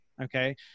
Okay